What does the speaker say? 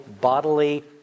bodily